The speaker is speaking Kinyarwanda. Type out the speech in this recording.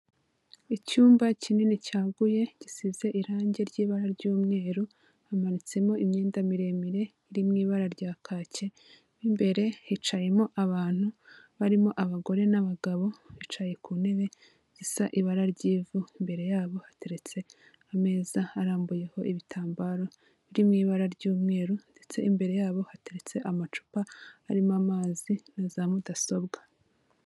Icyumba kinini cyaguye gisize irangi ry'ibara ry'umweru, hamanitsemo imyenda miremire iri mu ibara rya kake, mo imbere hicayemo abantu barimo abagore n'abagabo, bicaye ku ntebe isa ibara ry'ivu, imbere yabo hateretse ameza arambuyeho ibitambaro biri mu ibara ry'umweru, ndetse imbere yabo hateretse amacupa arimo amazi na za mudasobwa.